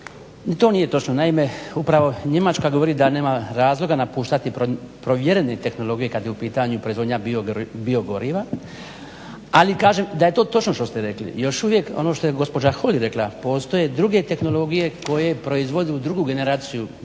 to nije točno. Naime, upravo Njemačka govori da nema razloga napuštati provjerene tehnologije kad je u pitanju proizvodnja biogoriva. Ali kažem da je to točno što ste rekli još uvijek ono što je gospođa Holy rekla postoje druge tehnologije koje proizvode u drugu generaciju biogoriva